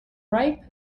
ripe